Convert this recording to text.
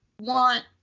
want